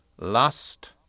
lust